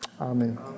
Amen